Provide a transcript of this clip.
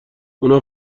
اونها